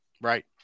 Right